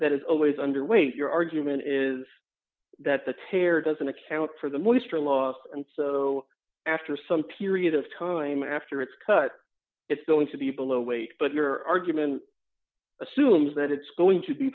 that is always underweight your argument is that the terror doesn't account for the moisture loss and so after some period of time after it's cut it's going to be below weight but your argument assumes that it's going to be